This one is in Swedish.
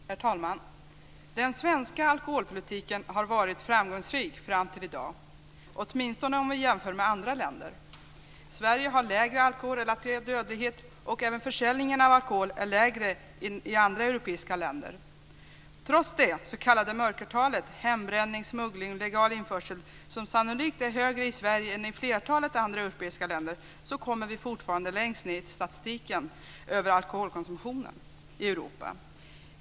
Herr talman! Den svenska alkoholpolitiken har varit framgångsrik fram till i dag, åtminstone om vi jämför med andra länder. Sverige har lägre alkoholrelaterad dödlighet, och även försäljningen av alkohol är lägre än i andra europeiska länder. Trots det s.k. mörkertalet - hembränning, smuggling och legal införsel - som sannolikt är högre i Sverige än i flertalet andra europeiska länder, kommer vi fortfarande längst ned i statistiken över alkoholkonsumtionen i Europa.